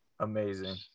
amazing